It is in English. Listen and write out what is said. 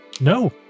no